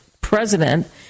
president